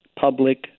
public